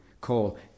call